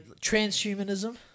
transhumanism